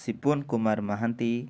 Sipun Kumar Mohanty